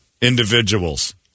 individuals